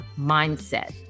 mindset